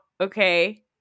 Okay